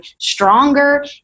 stronger